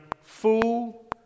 fool